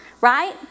right